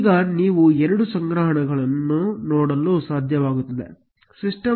ಈಗ ನೀವು ಎರಡು ಸಂಗ್ರಹಣೆಗಳನ್ನು ನೋಡಲು ಸಾಧ್ಯವಾಗುತ್ತದೆ system